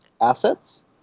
assets